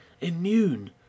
immune